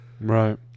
Right